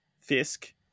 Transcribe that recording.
Fisk